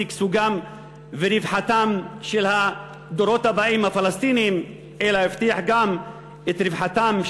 שגשוגם ורווחתם של הדורות הבאים של הפלסטינים אלא יבטיח גם את רווחתם,